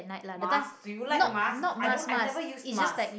mask do you like mask I don't I've never used mask